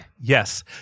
Yes